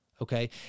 okay